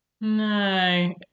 No